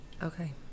Okay